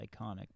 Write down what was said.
iconic